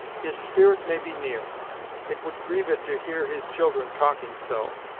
his spirit may be near it would grieve it to hear his children talking so,